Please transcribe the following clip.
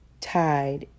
tied